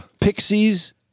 Pixies